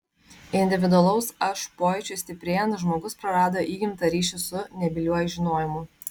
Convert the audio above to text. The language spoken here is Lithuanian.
individualaus aš pojūčiui stiprėjant žmogus prarado įgimtą ryšį su nebyliuoju žinojimu